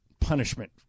punishment